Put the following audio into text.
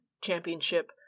championship